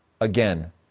again